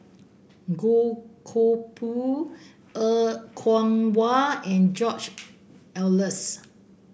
Goh Koh Pui Er Kwong Wah and George Oehlers